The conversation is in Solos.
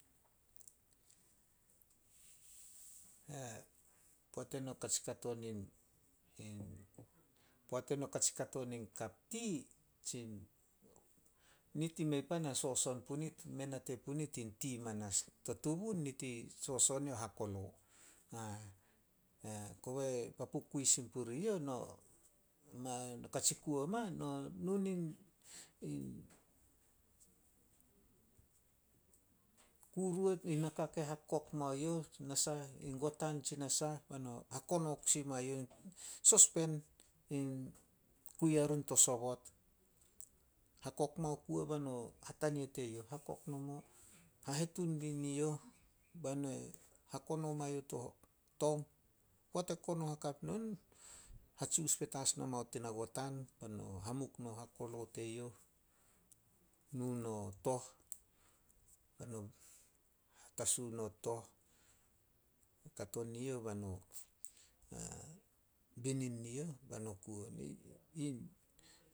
Poat eno katse kato, poat eno katse kato nin kap tii. Nit i mei pan a soson punit, mei nate pan punit in tii manas. To tubun nit i soson yo hakolo. Kobe papu kui sin purie youh. No katsi kuo ma, no nu nin, in kuruot in naka ke hakok mao youh tsi nasah in kotan tsi nasah bai no hakono kusi mai youh, sospen kui yarun to sobot. Hakok mao kuo, hatania teyouh. Hakok nomo, hahetun bi ni youh, bai no hakono mai youh to tong. Poat e kono hakap no nuh, hatsius petas mao tana gotan be no hamuk no hakolo teyouh. Nu no tooh be no hatasu no tooh, kato ne youh bai no binin ne youh be no kuo on.